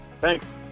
Thanks